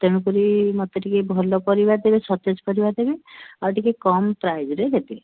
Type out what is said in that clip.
ତେଣୁକରି ମୋତେ ଟିକିଏ ଭଲ ପରିବା ଦେବେ ସତେଜ ପରିବା ଦେବେ ଆଉ ଟିକିଏ କମ୍ ପ୍ରାଇସ୍ରେ ଦେବେ